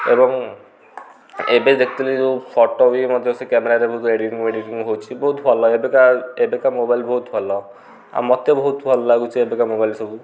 ଏବଂ ଏବେ ଦେଖିଥିଲି ଯେଉଁ ଫଟୋ ବି ମଧ୍ୟ ସେ କ୍ୟାମେରାରେ ବହୁତ ଏଡ଼ିଟିଂବେଡ଼ିଟିଂ ହେଉଛି ବହୁତ ଭଲ ଏବେକା ଏବେକା ମୋବାଇଲ୍ ବହୁତ ଭଲ ଆଉ ମୋତେ ବହୁତ ଭଲ ଲାଗୁଛି ଏବେକା ମୋବାଇଲ୍ ସବୁ